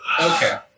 Okay